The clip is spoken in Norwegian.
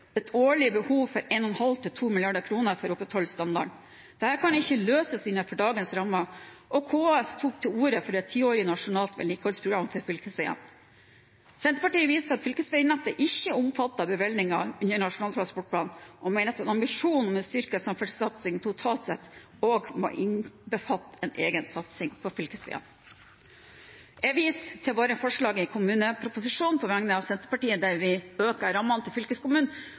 et årlig behov for 1,5 mrd. kr til 2 mrd. kr for å opprettholde standarden. Dette kan ikke løses innenfor dagens rammer, og KS tok til orde for et tiårig nasjonalt vedlikeholdsprogram på fylkesveiene. Senterpartiet viser til at fylkesveinettet ikke er omfattet av bevilgningene under Nasjonal transportplan og mener at en ambisjon om en styrket samferdselssatsing totalt sett også må innbefatte en egen satsing på fylkesveiene. Jeg viser til Senterpartiets forslag i innstillingen til kommuneproposisjonen, der vi økte rammene til